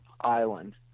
island